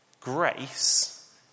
grace